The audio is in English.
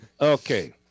Okay